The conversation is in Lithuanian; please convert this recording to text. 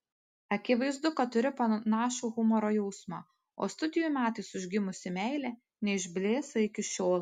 akivaizdu kad turi panašų humoro jausmą o studijų metais užgimusi meilė neišblėso iki šiol